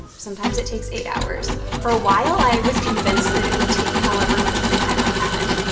sometimes it takes eight hours. for a while, i was convinced that it would take however much free time i had.